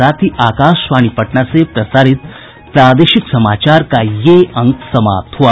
इसके साथ ही आकाशवाणी पटना से प्रसारित प्रादेशिक समाचार का ये अंक समाप्त हुआ